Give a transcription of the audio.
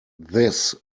this